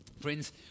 Friends